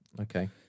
okay